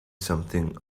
something